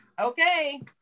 okay